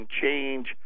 change